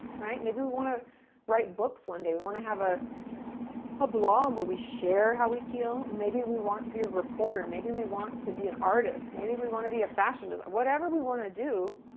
right? maybe, we want to write books one day, we want to have ah a blog where we share how we feel. maybe, we want to be a reporter. maybe, we want to be an artist. maybe, we want to be a fashion designer. whatever we want to do,